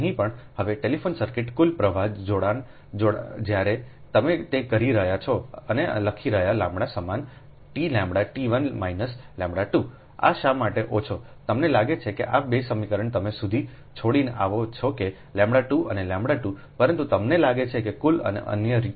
હવે telephone circuit કુલ પ્રવાહ જોડાણો જ્યારે તમે તે કરી રહ્યા છે અમે લખી રહ્યાંλસમાન t λ t 1 માઇનસλ2 આ શા માટે ઓછા તમને લાગે કે આ 2 સમીકરણ તમે સુધી છોડીને આવે છે કેλ2 અનેλ2 પરંતુ તમને લાગે છે કુલ એક અન્ય રીતે